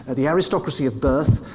ah the aristocracy of birth,